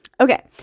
Okay